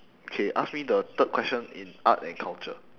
okay ask me the third question in art and culture